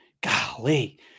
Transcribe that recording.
Golly